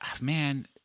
man